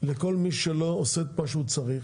לכל מי שלא עושה את מה שהוא צריך,